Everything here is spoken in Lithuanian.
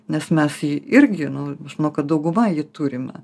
nes mes jį irgi nu aš manau kad dauguma jį turime